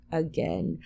again